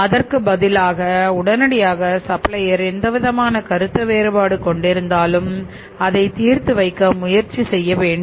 அதற்கு பதிலாக உடனடியாக சப்ளையர் எந்தவிதமான கருத்து வேறுபாடு கொண்டு இருந்தாலும் அதை தீர்த்து வைக்க முயற்சி செய்ய வேண்டும்